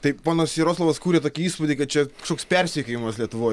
taip ponas jaroslavas kūrė tokį įspūdį kad čia kažkoks persekiojimas lietuvoj